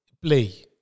play